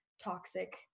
toxic